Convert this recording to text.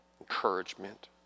encouragement